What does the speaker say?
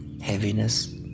heaviness